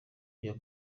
ibyo